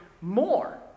more